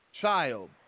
child